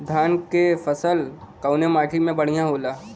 धान क फसल कवने माटी में बढ़ियां होला?